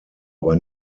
aber